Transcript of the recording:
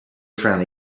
friendly